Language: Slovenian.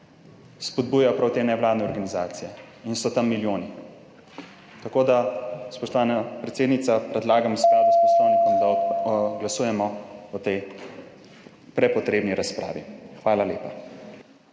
spodbuja prav te nevladne organizacije in so tam milijoni. Spoštovana predsednica, predlagam v skladu s poslovnikom, da glasujemo o tej prepotrebni razpravi. Hvala lepa.